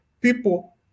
people